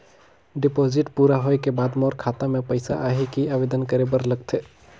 Deposit पूरा होय के बाद मोर खाता मे पइसा आही कि आवेदन करे बर लगथे?